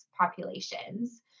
populations